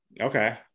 Okay